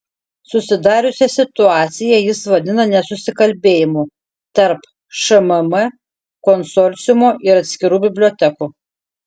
susidariusią situaciją jis vadina nesusikalbėjimu tarp šmm konsorciumo ir atskirų bibliotekų